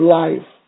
life